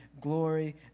glory